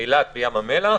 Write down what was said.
אילת וים המלח,